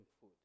food